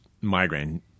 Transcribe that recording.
migraine